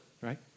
Right